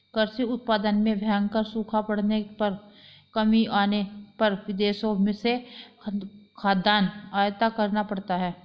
कृषि उत्पादन में भयंकर सूखा पड़ने पर कमी आने पर विदेशों से खाद्यान्न आयात करना पड़ता है